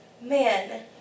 man